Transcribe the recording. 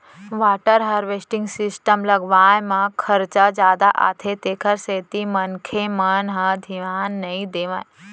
water harvesting system लगवाए म खरचा जादा आथे तेखर सेती मनखे मन ह धियान नइ देवय